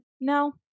no